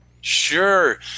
Sure